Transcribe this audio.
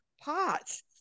parts